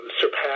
surpass